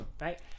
Right